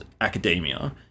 academia